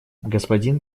господин